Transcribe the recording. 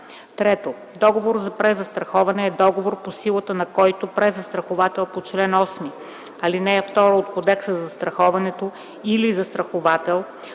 3. „Договор за презастраховане” е договор, по силата на който презастраховател по чл. 8, ал. 2 от Кодекса за застраховането или застраховател,